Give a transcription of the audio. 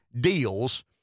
deals